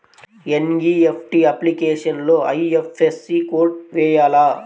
NEFT అప్లికేషన్లో IFSC code వేయాలా?